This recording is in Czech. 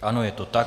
Ano, je to tak.